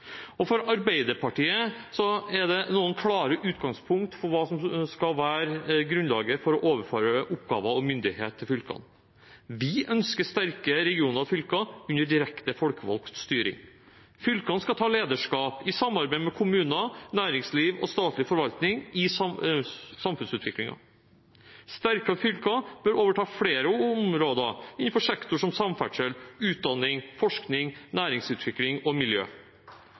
og for Arbeiderpartiet er det noen klare utgangspunkt for hva som skal være grunnlaget for å overføre oppgaver og myndighet til fylkene. Vi ønsker sterke regioner og fylker under direkte folkevalgt styring. Fylkene skal i samarbeid med kommuner, næringsliv og statlig forvaltning ta lederskap i samfunnsutviklingen. Sterke fylker bør overta flere områder innenfor sektorer som samferdsel, utdanning, forskning, næringsutvikling og miljø.